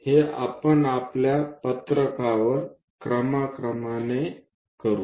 हे आपण आपल्या पत्रकावर क्रमाक्रमाने करू